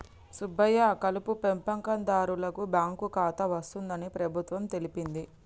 సుబ్బయ్య కలుపు పెంపకందారులకు బాంకు ఖాతా వస్తుందని ప్రభుత్వం తెలిపింది